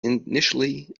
initially